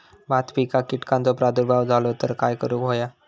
भात पिकांक कीटकांचो प्रादुर्भाव झालो तर काय करूक होया?